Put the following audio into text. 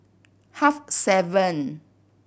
half seven